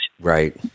Right